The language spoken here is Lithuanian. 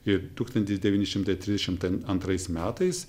ir tūkstantis devyni šimtai trisdešimt antrais metais